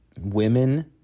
Women